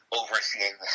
overseeing